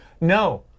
no